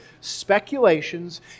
speculations